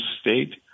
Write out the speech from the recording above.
state